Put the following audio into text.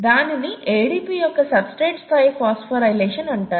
దానిని ADP యొక్క substrate స్థాయి ఫాస్ఫోరైలేషన్ అంటారు